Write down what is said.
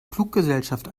fluggesellschaft